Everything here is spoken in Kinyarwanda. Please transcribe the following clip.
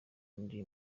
ndi